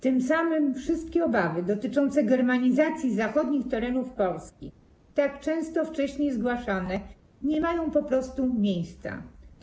Tym samym wszystkie obawy dotyczące germanizacji zachodnich terenów Polski, tak często wcześniej zgłaszane, nie mają po prostu racji bytu.